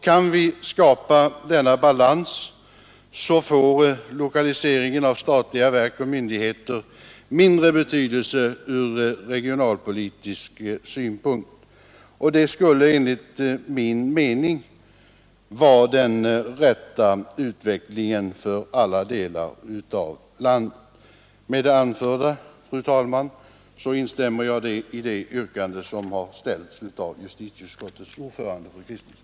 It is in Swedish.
Kan vi skapa denna balans får lokaliseringen av statliga verk och myndigheter mindre betydelse från regionalpolitisk synpunkt, och det skulle enligt min mening vara den rätta utvecklingen för alla delar av landet. Med det anförda, fru talman, instämmer jag i det yrkande som har framställts av justitieutskottets ordförande fru Kristensson.